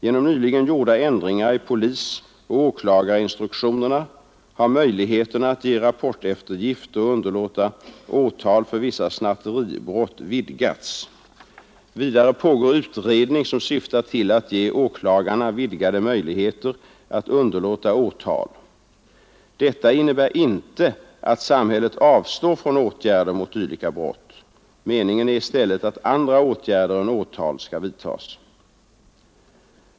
Genom nyligen gjorda ändringar i polisoch åklagarinstruktionerna har möjligheterna att ge rapporteftergift och underlåta åtal för vissa snatteribrott vidgats. Vidare pågår utredning, som syftar till att ge åklagarna vidgade möjligheter att underlåta åtal. Detta innebär inte att samhället avstår från åtgärder mot dylika brott. Meningen är i stället att andra åtgärder än åtal skall vidtas.